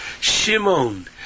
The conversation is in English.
Shimon